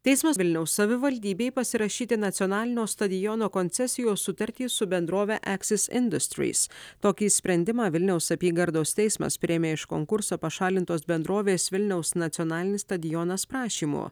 teismas vilniaus savivaldybei pasirašyti nacionalinio stadiono koncesijos sutartį su bendrove aksis industrys tokį sprendimą vilniaus apygardos teismas priėmė iš konkurso pašalintos bendrovės vilniaus nacionalinis stadionas prašymo